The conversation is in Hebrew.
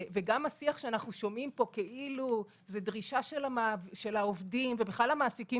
גם השיח שאנחנו שומעים פה כאילו זאת דרישה של העובדים ובכלל המעסיקים